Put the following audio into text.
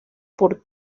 por